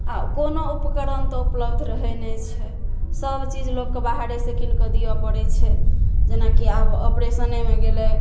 आ कोनो उपकरण तऽ उपलब्ध रहै नहि छै सब चीज लोकके बाहरे से कीनकऽ दिअ परै छै जेनाकि आब ओपरेशनेमे गेलै